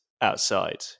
outside